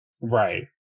Right